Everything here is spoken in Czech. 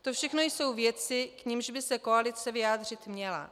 To všechno jsou věci, k nimž by se koalice vyjádřit měla.